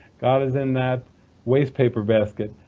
god is in that wastepaper basket,